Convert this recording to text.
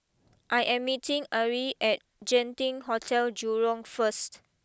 I am meeting Ari at Genting Hotel Jurong first